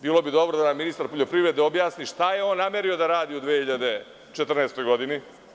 Bilo bi dobro da ministar poljoprivrede objasni šta je on namerio da radi u 2014. godini.